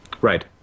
Right